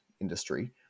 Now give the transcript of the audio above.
industry